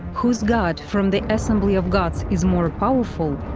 whose god from the assembly of gods is more powerful,